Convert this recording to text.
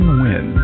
win